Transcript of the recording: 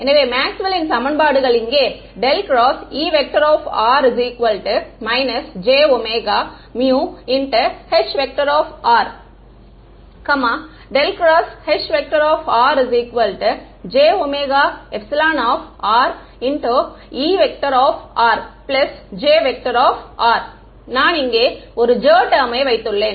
எனவே மேக்ஸ்வெல்லின் சமன்பாடுகள் Maxwell's equations இங்கே ∇× E jH ∇× H jE J நான் இங்கே ஒரு J டெர்மை வைத்துள்ளேன்